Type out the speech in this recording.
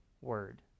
word